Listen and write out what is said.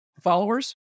followers